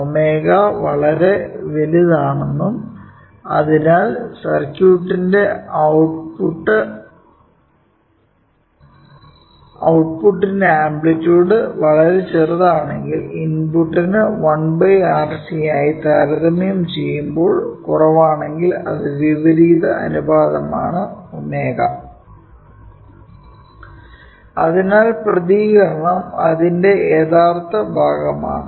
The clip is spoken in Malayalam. ω വളരെ വലുതാണെന്നും അതിനാൽ സർക്യുട്ടിന്റെ ഔട്ട്പുട്ട് ന്റെ ആംപ്ലിറ്യുട് വളരെ ചെറുതാണെങ്കിൽ ഇൻപുട്ടിന് 1 RC ആയി താരതമ്യം ചെയ്യുമ്പോൾ കുറവാണെങ്കിൽ അത് വിപരീത അനുപാതമാണ് ωഅതിനാൽ പ്രതികരണം ഇതിന്റെ യഥാർത്ഥ ഭാഗമാണ്